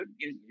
good